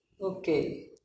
Okay